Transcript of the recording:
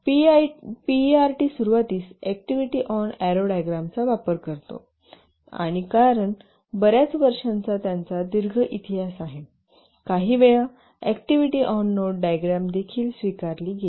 PERT सुरुवातीस activity on arrow डायग्रामचा वापर करतो आणि कारण बर्याच वर्षांचा त्यांचा दीर्घ इतिहास आहे काहीवेळा अॅक्टिव्हिटी ऑन नोड डायग्राम देखील स्वीकारली गेली